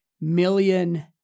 million